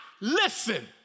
listen